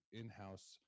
in-house